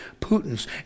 putins